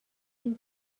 این